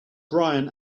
brian